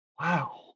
wow